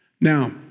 now